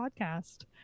podcast